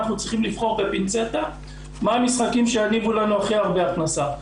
אנחנו צריכים לבחור בפינצטה מה המשחקים שיניבו לנו הכי הרבה הכנסה.